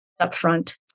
upfront